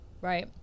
Right